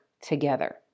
together